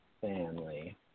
family